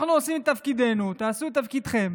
אנחנו עושים את תפקידנו, תעשו את תפקידכם.